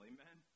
Amen